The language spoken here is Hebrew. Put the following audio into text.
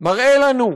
מראה לנו,